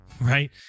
right